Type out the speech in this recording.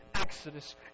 exodus